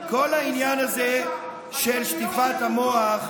והינה נולדה,